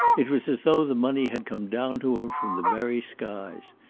it was as though the money had come down to him from the very skies.